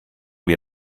wir